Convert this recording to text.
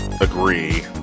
agree